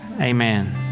amen